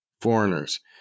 foreigners